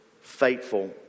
Faithful